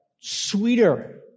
sweeter